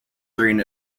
during